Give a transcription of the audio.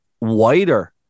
wider